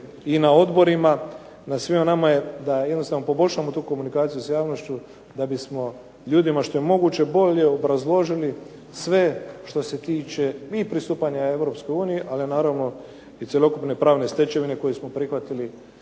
i na Odborima i na svima nama je da poboljšamo tu komunikaciju s javnošću da bismo ljudima što je moguće bolje obrazložili sve što se tiče i pristupanja Europskoj uniji ali naravno i cjelokupne pravne stečevine koju smo prihvatili